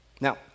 Now